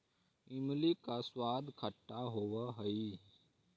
इमली का स्वाद खट्टा होवअ हई